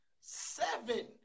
Seven